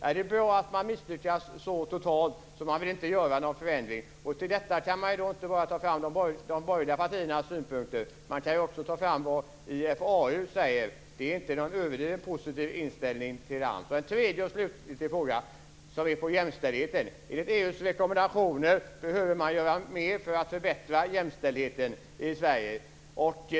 Är det bra att man misslyckas så totalt, så man vill inte göra någon förändring? Här kan man inte bara ta fram de borgerliga partiernas synpunkter, man kan också ta fram vad IFAU säger. Det är inte någon överdrivet positiv inställning till AMS. En sista fråga gäller jämställdheten. Enligt EU:s rekommendationer behöver man göra mer för att förbättra jämställdheten i Sverige.